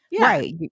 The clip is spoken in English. right